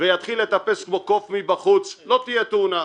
ויתחיל לטפס כמו קוף מבחוץ לא תהיה תאונה,